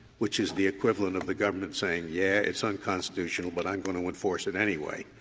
which is the equivalent of the government saying, yeah, it's unconstitutional but i'm going to enforce it anyway.